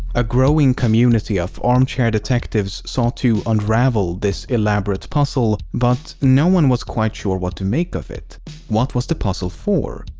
a growing community of armchair detectives sought to unravel this elaborate puzzle but no one was quite sure what to make off it. what was the puzzle for?